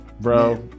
bro